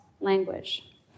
language